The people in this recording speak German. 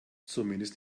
zumindest